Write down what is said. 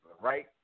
right